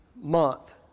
Month